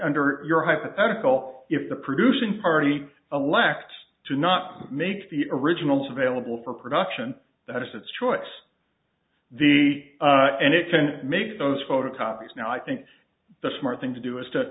under your hypothetical if the producing party elect to not make the originals available for production that is its choice the and it can make those photocopies now i think the smart thing to do is to